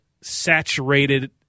saturated